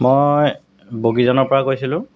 মই বগীজানৰপৰা কৈছিলোঁ